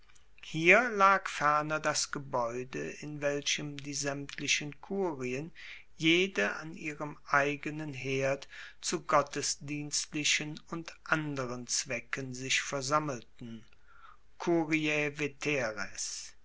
hier lag ferner das gebaeude in welchem die saemtlichen kurien jede an ihrem eigenen herd zu gottesdienstlichen und anderen zwecken sich versammelten